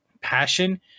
passion